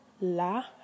la